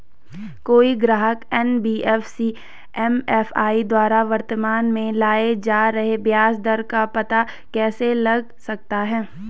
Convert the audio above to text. कोई ग्राहक NBFC MFI द्वारा वर्तमान में लगाए जा रहे ब्याज दर का पता कैसे लगा सकता है?